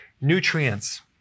Nutrients